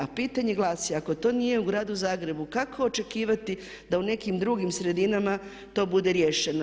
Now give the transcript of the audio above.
A pitanje glasi, ako to nije u gradu Zagrebu kako očekivati da u nekim drugim sredinama to bude riješeno.